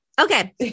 Okay